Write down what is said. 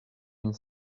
une